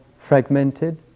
fragmented